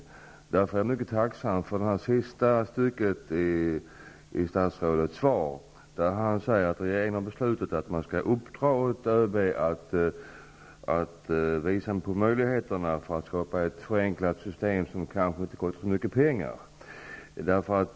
Jag är därför mycket tacksam för det som sägs i sista stycket i statsrådets svar. Han säger där att regeringen har beslutat uppdra åt ÖB att redovisa möjligheterna att skapa ett förenklat system, som kanske inte kostar så mycket pengar.